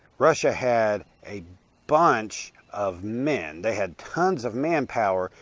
russia had a bunch of men. they had tons of manpower,